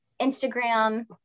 Instagram